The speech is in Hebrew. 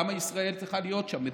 למה ישראל צריכה להיות שם,